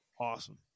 awesome